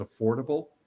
affordable